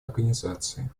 организации